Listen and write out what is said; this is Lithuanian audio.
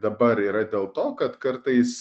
dabar yra dėl to kad kartais